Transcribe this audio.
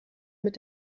mit